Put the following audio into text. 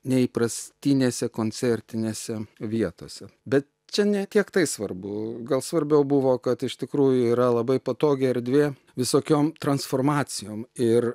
neįprastinėse koncertinėse vietose bet čia ne tiek tai svarbu gal svarbiau buvo kad iš tikrųjų yra labai patogi erdvė visokiom transformacijom ir